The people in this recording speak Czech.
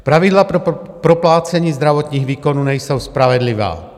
Pravidla pro proplácení zdravotních výkonů nejsou spravedlivá.